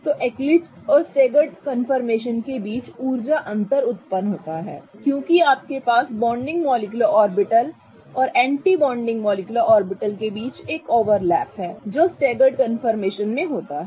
तो एक्लिप्स और staggered conformation के बीच ऊर्जा अंतर उत्पन्न होता है क्योंकि आपके पास बॉन्डिंग मॉलिक्युलर ऑर्बिटल और एंटी बॉन्डिंग मॉलिक्युलर ऑर्बिटल के बीच एक ओवरलैप है जो स्टेगर्ड कंफर्मेशन में होता है